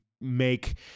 make